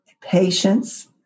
Patience